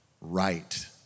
right